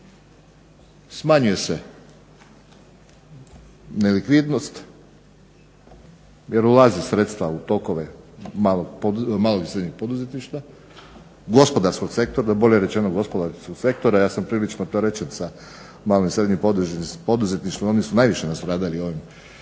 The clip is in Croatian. smanjuje se nelikvidnost, jer ulaze sredstva u tokove malog i srednjeg poduzetništva, gospodarskog sektora bolje rečeno, ja sam prilično opterećen sa malim i srednjim poduzetništvom oni su najviše nastradali u ovom